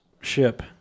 ship